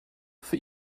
für